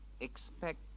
expect